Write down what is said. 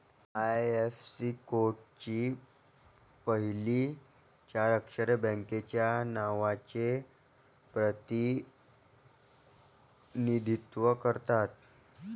IFSC कोडची पहिली चार अक्षरे बँकेच्या नावाचे प्रतिनिधित्व करतात